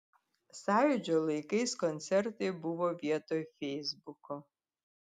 sąjūdžio laikais koncertai buvo vietoj feisbuko